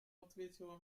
ответила